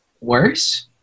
worse